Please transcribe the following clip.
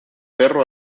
perro